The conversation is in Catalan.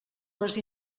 les